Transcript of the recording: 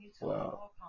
wow